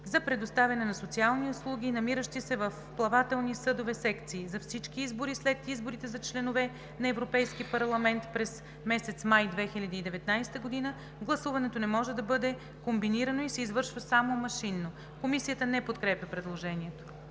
за предоставяне на социални услуги и намиращи се в плавателни съдове секции. За всички избори след изборите за членове на Европейски парламент през месец май 2019 г. гласуването не може да бъде комбинирано и се извършва само машинно.“ Комисията не подкрепя предложението.